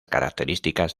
características